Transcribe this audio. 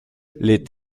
les